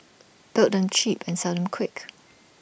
build them cheap and sell them quick